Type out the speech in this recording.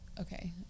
okay